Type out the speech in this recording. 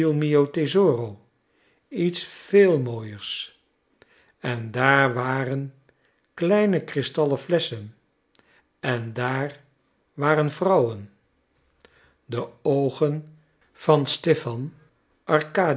iets veel mooiers en daar waren kleine kristallen flesschen en daar waren vrouwen de oogen van stipan